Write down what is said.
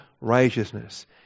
righteousness